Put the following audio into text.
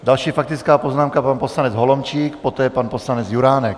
Další faktická poznámka, pan poslanec Holomčík, poté pan poslanec Juránek.